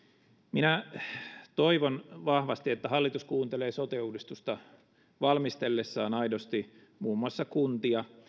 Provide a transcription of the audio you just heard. minä toivon vahvasti että hallitus kuuntelee sote uudistusta valmistellessaan aidosti muun muassa kuntia